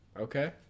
Okay